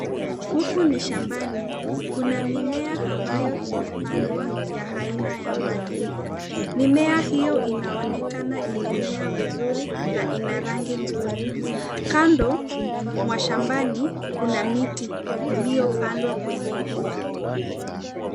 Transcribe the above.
Huku ni shambani, kuna mimea ambayo imepandwa ya aina ya mahindi. Mimea hio inaonekana imemea vizuri na inarangi nzuri. Kando mwa shambani kuna miti iliyo pandwa kwenye ua.